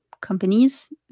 companies